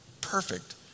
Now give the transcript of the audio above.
Perfect